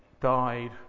died